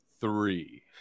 three